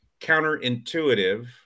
counterintuitive